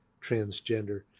transgender